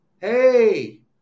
hey